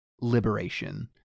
liberation